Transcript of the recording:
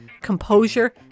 composure